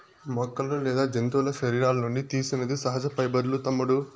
మొక్కలు లేదా జంతువుల శరీరాల నుండి తీసినది సహజ పైబర్లూ తమ్ముడూ